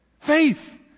Faith